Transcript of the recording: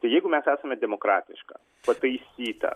tai jeigu mes esame demokratiška pataisyta